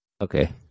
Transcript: Okay